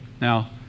Now